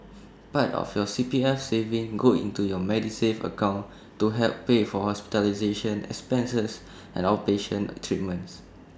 part of your C P F savings go into your Medisave account to help pay for hospitalization expenses and outpatient treatments